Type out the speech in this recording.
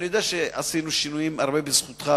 אני יודע שעשינו שינויים הרבה בזכותך,